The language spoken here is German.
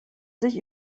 sich